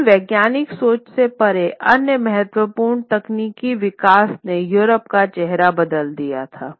लेकिन वैज्ञानिक सोच से परे अन्य महत्वपूर्ण तकनीकी विकास ने यूरोप का चेहरा बदल दिया था